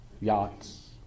yachts